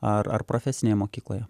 ar ar profesinėje mokykloje